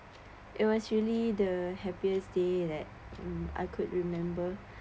it was really the happiest day that mm I could remember